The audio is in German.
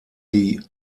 die